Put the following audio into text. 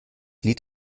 lied